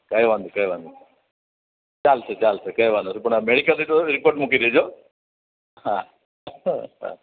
કઈ વાંધો નહીં કઈ વાંધો નહીં ચાલશે ચાલશે કઈ વાંધો નહીં પણ આ મેડિકલ રિપોર્ટ મૂકી દેજો હા હા હા